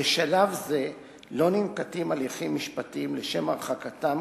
בשלב זה לא ננקטים הליכים משפטיים לשם הרחקתם.